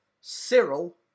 Cyril